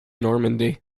normandy